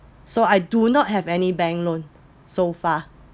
so I do not have any bank loan so far